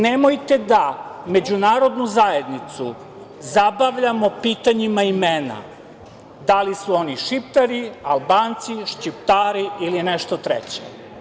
Nemojte da međunarodnu zajednicu zabavljamo pitanjima imena, da li su oni Šiptari, Albanci, Šćiptari ili nešto treće.